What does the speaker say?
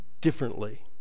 differently